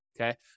okay